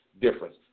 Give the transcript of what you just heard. difference